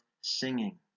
singing